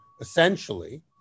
essentially